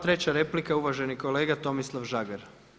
Treća replika, uvaženi kolega Tomislav Žagar.